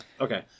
Okay